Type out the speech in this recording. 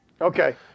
Okay